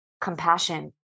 compassion